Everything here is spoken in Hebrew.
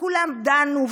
וכולם דנו,